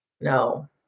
no